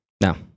No